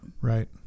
Right